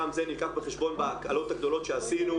גם זה נלקח בחשבון בהקלות הגדולות שעשינו.